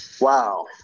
Wow